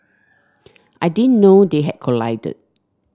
I didn't know they had collided